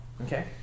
Okay